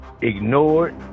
ignored